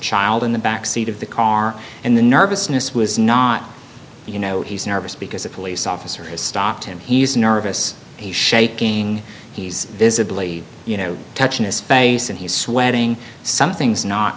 child in the back seat of the car and the nervousness was not you know he's nervous because a police officer has stopped him he's nervous he's shaking he's visibly you know touching his face and he's sweating something's not